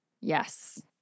Yes